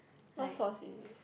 what sauce is it